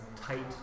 tight